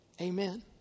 Amen